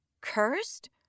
Cursed